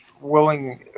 willing